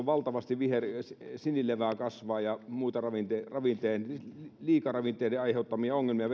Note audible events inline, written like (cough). (unintelligible) valtavasti sinilevää ja muita liikaravinteiden aiheuttamia ongelmia (unintelligible)